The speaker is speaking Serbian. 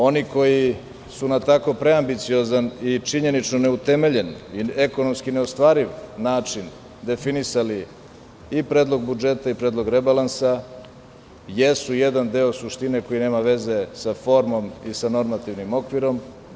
Oni koji su na tako preambiciozan i činjenično neutemeljen, ekonomski neostvariv način definisali i predlog budžeta i predlog rebalansa, jesu jedan deo suštine koji nema veze sa formom i sa normativnim okvirom.